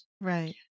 Right